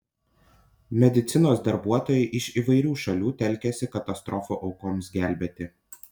medicinos darbuotojai iš įvairių šalių telkiasi katastrofų aukoms gelbėti